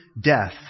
death